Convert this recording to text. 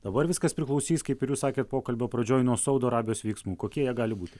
dabar viskas priklausys kaip ir jūs sakėt pokalbio pradžioj nuo saudo arabijos veiksmų kokie jie gali būti